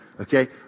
Okay